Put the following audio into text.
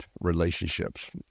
relationships